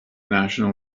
national